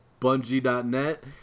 Bungie.net